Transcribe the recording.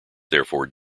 therefore